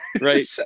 Right